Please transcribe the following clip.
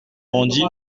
bandit